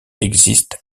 existe